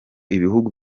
ibihugu